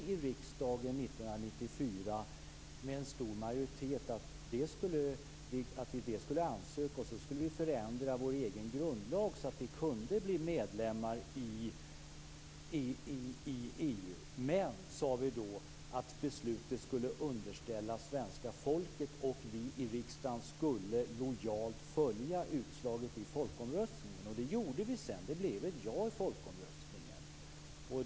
Vi i riksdagen bestämde med stor majoritet 1994 att vi dels skulle ansöka om medlemskap, dels förändra vår grundlag så att Sverige kunde bli medlem i EU. Men vi sade då att beslutet skulle underställas svenska folket, och vi i riksdagen skulle lojalt följa utslaget i folkomröstningen. Det gjorde vi.